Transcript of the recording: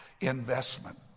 investment